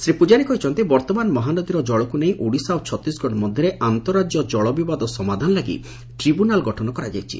ଶ୍ରୀ ପ୍ରଜାରୀ କହିଛନ୍ତି ବର୍ଭମାନ ମହାନଦୀର କଳକୁ ନେଇ ଓଡ଼ିଶା ଓ ଛତିଶଗଡ଼ ମଧ୍ଧରେ ଆନ୍ତଃରାଜ୍ୟ ଜଳ ବିବାଦ ସମାଧାନ ଲାଗି ଟ୍ରିବୁନାଲ୍ ଗଠନ କରାଯାଇଛି